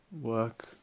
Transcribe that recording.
work